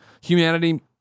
humanity